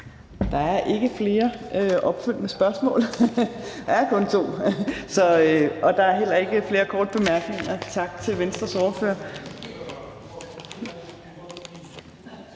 Der er ikke flere opfølgende spørgsmål – der er kun to. Og der er heller ikke flere korte bemærkninger. Tak til Venstres ordfører.